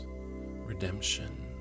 redemption